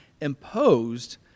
imposed